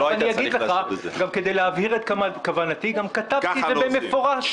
כדי להבהיר מה כוונתי, גם כתבתי את זה במפורש.